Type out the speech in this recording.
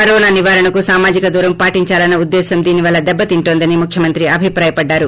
corona నివారణకు సామాజిక దూరం పాటిందాలన్న ఉద్దేశం దీనివల్ల దెబ్బతింటోందని ముఖ్యమంత్రి అభిప్రాయపడ్డారు